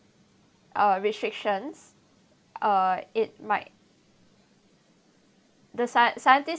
our restrictions uh it might the scien~ scientists